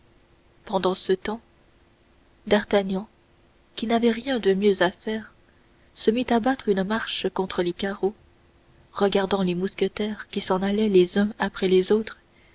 pendant ce temps d'artagnan qui n'avait rien de mieux à faire se mit à battre une marche contre les carreaux regardant les mousquetaires qui s'en allaient les uns après les autres